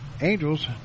Angels